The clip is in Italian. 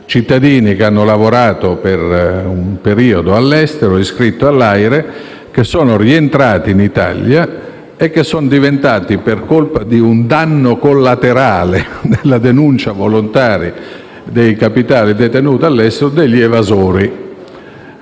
cittadini che hanno lavorato per un periodo all'estero, iscritti all'AIRE, che sono rientrati in Italia, e sono diventati, per colpa di un "danno collaterale" nella denuncia volontaria dei capitali detenuti all'estero, degli evasori.